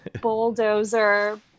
bulldozer